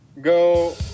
Go